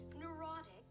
neurotic